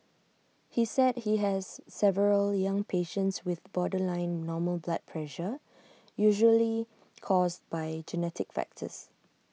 he said he has several young patients with borderline normal blood pressure usually caused by genetic factors